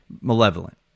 malevolent